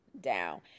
down